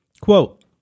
Quote